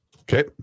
Okay